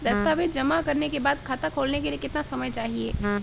दस्तावेज़ जमा करने के बाद खाता खोलने के लिए कितना समय चाहिए?